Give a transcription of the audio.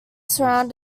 surround